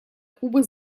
кубы